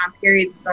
periods